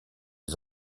des